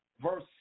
verse